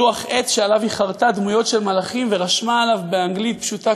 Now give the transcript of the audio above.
לוח עץ שעליו היא חרטה דמויות של מלאכים וכתבה עליו באנגלית פשוטה,